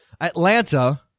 Atlanta